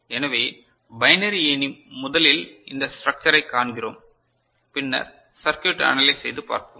எனவே பைனரி ஏணி முதலில் இந்த ஸ்ட்ரக்சரை காண்கிறோம் பின்னர் சர்க்யூட் அனலைஸ் செய்து பார்ப்போம்